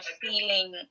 feeling